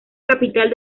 capital